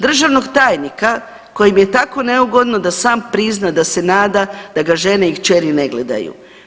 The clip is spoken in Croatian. Državnog tajnika kojem je tako neugodno da sam prizna da se nada da ga žena i kćeri ne gledaju.